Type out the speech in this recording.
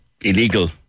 illegal